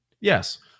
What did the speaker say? yes